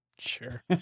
Sure